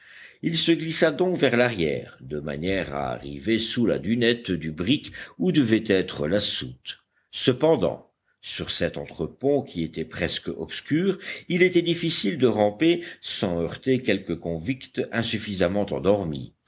il se glissa donc vers l'arrière de manière à arriver sous la dunette du brick où devait être la soute cependant sur cet entre pont qui était presque obscur il était difficile de ramper sans heurter quelque convict insuffisamment endormi